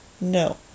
no